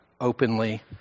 openly